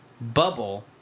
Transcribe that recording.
Bubble